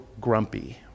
grumpy